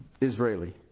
Israeli